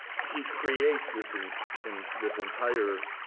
he creates this and and this entire